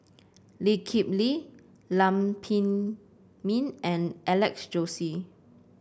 Lee Kip Lee Lam Pin Min and Alex Josey